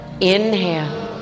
inhale